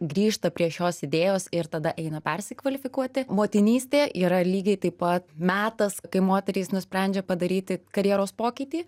grįžta prie šios idėjos ir tada eina persikvalifikuoti motinystė yra lygiai taip pat metas kai moterys nusprendžia padaryti karjeros pokytį